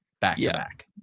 back-to-back